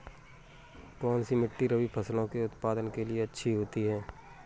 कौनसी मिट्टी रबी फसलों के उत्पादन के लिए अच्छी होती है?